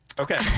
Okay